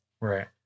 right